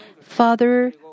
Father